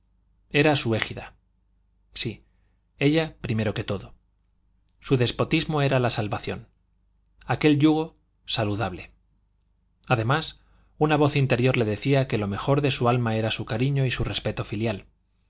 era su égida sí ella primero que todo su despotismo era la salvación aquel yugo saludable además una voz interior le decía que lo mejor de su alma era su cariño y su respeto filial